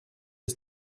des